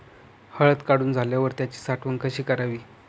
हळद काढून झाल्यावर त्याची साठवण कशी करावी?